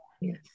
yes